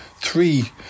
three